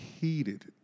heated